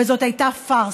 וזאת הייתה פארסה.